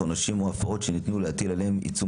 עונשים או הפרות שניתן להטיל עליהם עיצום